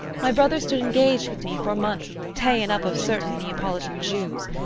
my brother stood engag'd with me for money ta'en up of certain neapolitan jews,